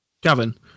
Gavin